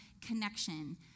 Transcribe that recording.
connection